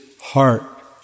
heart